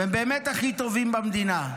והם באמת הכי טובים במדינה.